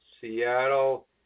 Seattle